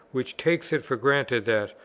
which takes it for granted that,